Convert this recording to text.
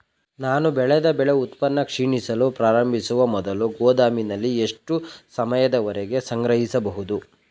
ನಾನು ಬೆಳೆದ ಬೆಳೆ ಉತ್ಪನ್ನ ಕ್ಷೀಣಿಸಲು ಪ್ರಾರಂಭಿಸುವ ಮೊದಲು ಗೋದಾಮಿನಲ್ಲಿ ಎಷ್ಟು ಸಮಯದವರೆಗೆ ಸಂಗ್ರಹಿಸಬಹುದು?